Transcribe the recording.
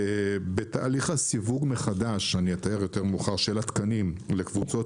בתהליך הסיווג מחדש שאני אתאר יותר מאוחר של התקנים לקבוצות